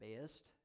best